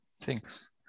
thanks